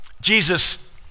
Jesus